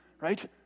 right